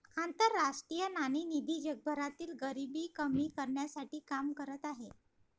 आंतरराष्ट्रीय नाणेनिधी जगभरातील गरिबी कमी करण्यासाठी काम करत आहे